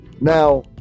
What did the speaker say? Now